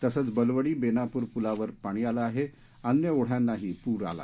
तसंच बलवडी बेनापूर पुलावर पाणी आलं आहे अन्य ओढ्यानाही पूर आला